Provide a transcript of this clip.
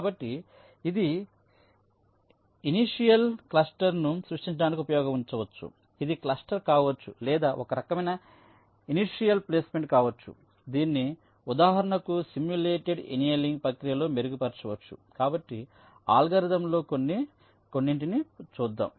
కాబట్టి ఇది ఇనిషియల్ క్లస్టర్ను సృష్టించడానికి ఉపయోగించవచ్చు ఇది క్లస్టర్ కావచ్చు లేదా ఒకరకమైన ఇనిషియల్ ప్లేస్మెంట్ కావచ్చు దీన్ని ఉదాహరణకు సిమ్యులేటెడ్ ఎనియలింగ్ ప్రక్రియలో మెరుగుపరచవచ్చు కాబట్టి ఈ అల్గోరిథంలలో కొన్నింటిని చూద్దాం